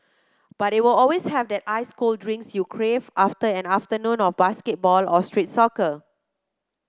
but they will always have that ice cold drinks you crave after an afternoon of basketball or street soccer